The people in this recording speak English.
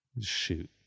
shoot